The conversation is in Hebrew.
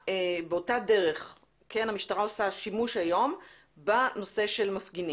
באותה דרך המשטרה עושה היום שימוש בנושא של מפגינים.